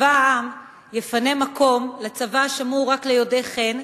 צבא העם יפנה מקום לצבא שמור רק ליודעי ח"ן,